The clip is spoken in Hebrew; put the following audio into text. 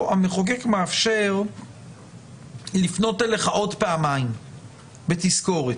המחוקק מאפשר לפנות אליך עוד פעמיים בתזכורת.